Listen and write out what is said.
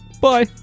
Bye